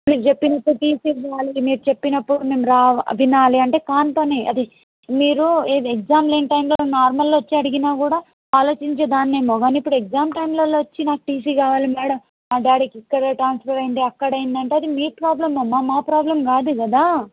మీరు చెప్పినప్పుడు టీసీ ఇవ్వాలి మీరు చెప్పినప్పుడు మేము రావా వినాలి అంటే కాని పని అది మీరు ఎగ్జామ్ లేని టైంలో నార్మల్ వచ్చి అడిగినా కూడా ఆలోచించే దాన్నేమో కానీ ఇప్పుడు ఎగ్జామ్ టైమ్లలో వచ్చి టీసీ కావాలి మేడం మా డాడీకి ఇక్కడ ట్రాన్స్ఫర్ అయింది అక్కడ అయింది అంటే అది మీ ప్రాబ్లం అమ్మ మా ప్రాబ్లం కాదు కదా